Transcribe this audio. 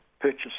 purchase